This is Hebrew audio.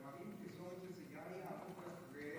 אז יש פרסומת כזאת,